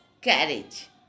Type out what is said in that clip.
carriage